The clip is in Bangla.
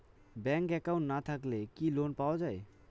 ব্যাংক একাউন্ট না থাকিলে কি লোন পাওয়া য়ায়?